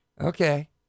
Okay